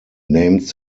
named